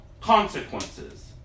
consequences